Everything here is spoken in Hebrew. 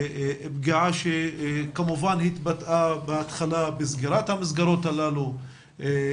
פגיעה שכמובן התבטאה בהתחלה בסגירת המסגרות הללו אבל